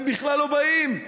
הם בכלל לא באים,